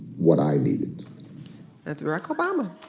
what i needed that's barack obama